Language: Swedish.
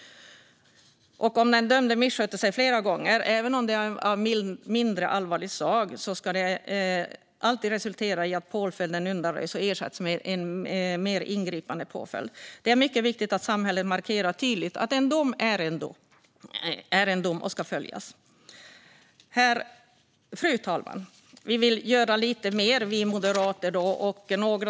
Om den dömde missköter sig flera gånger, även om det är av mindre allvarligt slag, ska det alltid resultera i att påföljden undanröjs och ersätts med en mer ingripande påföljd. Det är mycket viktigt att samhället markerar tydligt att en dom är en dom och ska följas. Fru talman! Vi moderater vill göra lite mer.